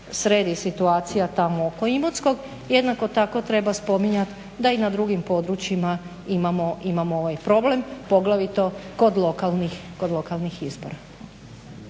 sredi situacija tamo oko Imotskog jednako tako treba spominjati da i na drugim područjima imamo ovaj problem poglavito kod lokalnih izbora.